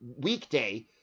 weekday